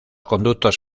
conductos